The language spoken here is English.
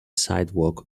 sidewalk